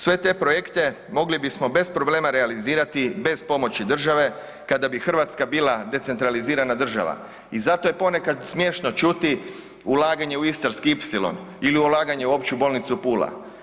Sve te projekte mogli bismo bez problema realizirati bez pomoći države kada bi Hrvatska bila decentralizirana država i zato je ponekad smješno čuti ulaganje u istarski ipsilon ili ulaganje u Opću bolnicu Pula.